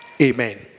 Amen